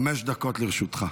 חמש דקות לרשותך.